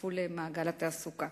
יצטרפו למעגל התעסוקה.